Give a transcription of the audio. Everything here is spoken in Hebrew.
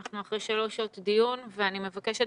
אנחנו אחרי שלוש שעות דיון ואני מבקשת